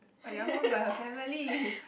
but your home got your family